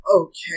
Okay